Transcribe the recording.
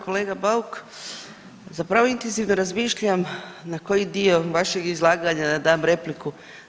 Kolega Bauk zapravo intenzivno razmišljam na koji dio vašeg izlaganja da dam repliku.